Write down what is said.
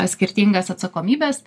skirtingas atsakomybes